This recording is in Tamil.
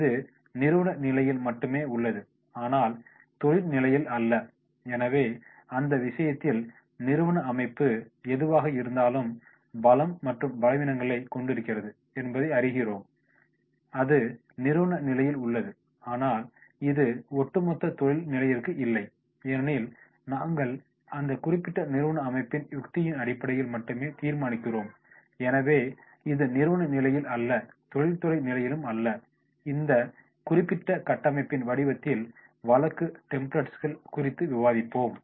இது நிறுவன நிலையில் மட்டுமே உள்ளது ஆனால் தொழில் நிலையில் அல்ல எனவே அந்த விஷயத்தில் நிறுவன அமைப்பு எதுவாக இருந்தாலும் பலம் மற்றும் பலவீனங்களைக் கொண்டிருக்கிறது என்பதைக் அறிகிறோம் அது நிறுவன நிலையில் உள்ளது ஆனால் இது ஒட்டுமொத்த தொழில் நிலையிற்கும் இல்லை ஏனெனில் நாங்கள் அந்த குறிப்பிட்ட நிறுவன அமைப்பின் யுக்தியின் அடிப்படையில் மட்டுமே தீர்மானிக்கிறோம் எனவே இது நிறுவன நிலையில் அல்ல தொழில்துறை நிலையிலும் அல்ல இந்த குறிப்பிட்ட கட்டமைப்பின் வடிவத்தில் வழக்கு டெம்ப்ளட்ஸை குறித்து விவாதிப்போம்